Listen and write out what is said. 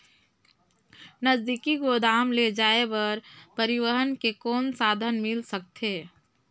नजदीकी गोदाम ले जाय बर परिवहन के कौन साधन मिल सकथे?